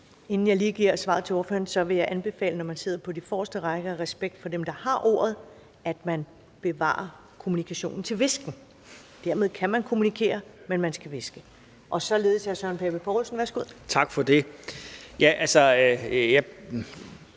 Inden jeg lige giver ordet for besvarelse, vil jeg anbefale, når man sidder på de forreste rækker, at man af respekt for dem, der har ordet, begrænser kommunikationen til hvisken. Dermed kan man kommunikere, men man skal hviske. Således er det hr. Søren Pape Poulsen. Værsgo. Kl.